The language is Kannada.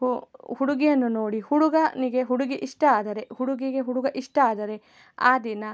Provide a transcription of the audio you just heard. ಹುಡುಗಿಯನ್ನು ನೋಡಿ ಹುಡುಗನಿಗೆ ಹುಡುಗಿ ಇಷ್ಟ ಆದರೆ ಹುಡುಗಿಗೆ ಹುಡುಗ ಇಷ್ಟ ಆದರೆ ಆ ದಿನ